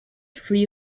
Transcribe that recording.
free